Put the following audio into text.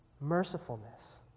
mercifulness